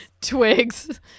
twigs